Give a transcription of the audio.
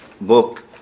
book